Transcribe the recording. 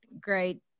great